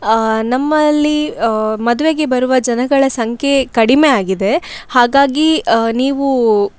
ನಮ್ಮಲ್ಲಿ ಮದುವೆಗೆ ಬರುವ ಜನಗಳ ಸಂಖ್ಯೆ ಕಡಿಮೆ ಆಗಿದೆ ಹಾಗಾಗಿ ನೀವು